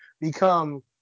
become